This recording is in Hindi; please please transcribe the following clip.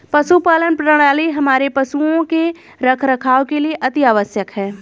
पशुपालन प्रणाली हमारे पशुओं के रखरखाव के लिए अति आवश्यक है